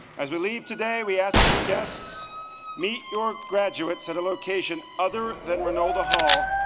as we leave today we ask that you guests meet your graduates at a location other than renynolda hall,